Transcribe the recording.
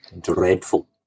dreadful